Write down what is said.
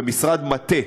זה משרד מטה,